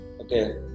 Okay